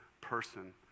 person